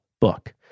book